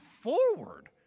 forward